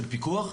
של פיקוח?